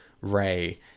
Ray